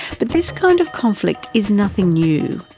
but this kind of conflict is nothing new.